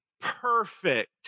perfect